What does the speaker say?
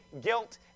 guilt